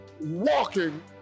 walking